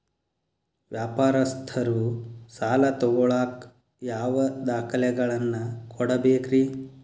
ವ್ಯಾಪಾರಸ್ಥರು ಸಾಲ ತಗೋಳಾಕ್ ಯಾವ ದಾಖಲೆಗಳನ್ನ ಕೊಡಬೇಕ್ರಿ?